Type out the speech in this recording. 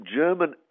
German